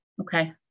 Okay